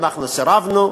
אנחנו סירבנו.